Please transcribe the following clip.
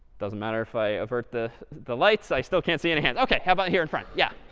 doesn't matter if i avert the the lights, i still can't see any hands. ok, how about here in front? yeah.